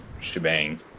shebang